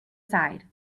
side